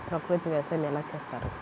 ప్రకృతి వ్యవసాయం ఎలా చేస్తారు?